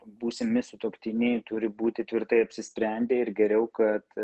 būsimi sutuoktiniai turi būti tvirtai apsisprendę ir geriau kad